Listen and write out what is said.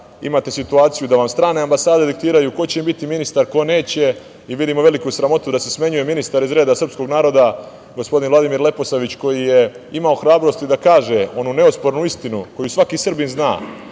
imate situaciju da vam strane ambasade diktiraju ko će im biti ministar, ko neće i vidimo veliku sramotu da se smenjuje ministar iz reda srpskog naroda, gospodin Vladimir Leposavić, koji je imao hrabrosti da kaže onu neospornu istinu koju svaki Srbin zna,